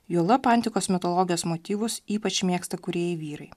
juolab antikos mitologijos motyvus ypač mėgsta kūrėjai vyrai